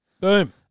Boom